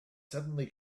suddenly